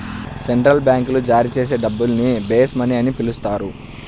central బ్యాంకులు జారీ చేసే డబ్బుల్ని బేస్ మనీ అని పిలుస్తారు